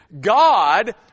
God